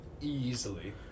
Easily